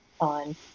on